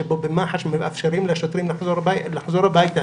שבו במח"ש מאפשרים לשוטרים לחזור הביתה